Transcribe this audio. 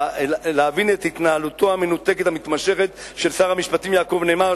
את התנהלותו המנותקת המתמשכת של שר המשפטים יעקב נאמן,